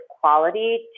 quality